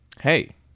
Hey